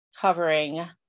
covering